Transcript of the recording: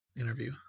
interview